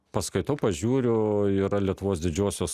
paskaitau pažiūriu yra lietuvos didžiosios